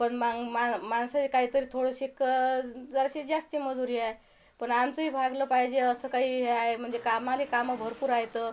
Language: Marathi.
पण मग मा माझंही काहीतरी थोडंशिक जराशी जास्ती मजूरी आहे पण आमचंही भागलं पाहिजे असं काही हे आहे म्हणजे कामाले कामं भरपूर आहेत